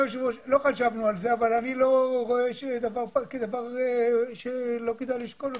לא חשבנו על זה אבל אני לא רואה את זה כדבר שלא כדאי לשקול אותו.